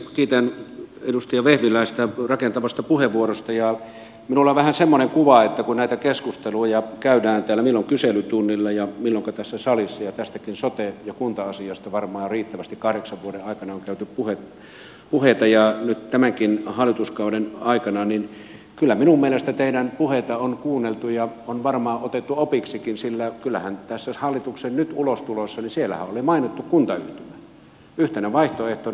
kiitän edustaja vehviläistä rakentavasta puheenvuorosta ja minulla on vähän semmoinen kuva että kun näitä keskusteluja käydään täällä milloin kyselytunnilla ja milloin tässä salissa ja tästäkin sote ja kunta asiasta varmaan on riittävästi kahdeksan vuoden aikana käyty puheita ja nyt tämänkin hallituskauden aikana niin kyllä minun mielestäni teidän puheitanne on kuunneltu ja on varmaan otettu opiksikin sillä kyllähän tässä hallituksen ulostulossa nyt oli mainittu kuntayhtymä yhtenä vaihtoehtona